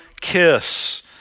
kiss